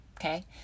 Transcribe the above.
Okay